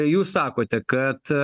jūs sakote kad